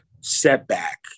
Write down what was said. setback